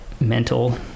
mental